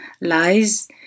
lies